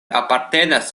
apartenas